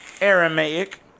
Aramaic